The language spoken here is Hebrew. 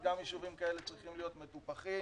גם יישובים כאלה צריכים להיות מטופחים